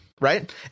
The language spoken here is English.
Right